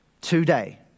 Today